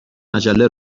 مجله